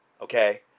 okay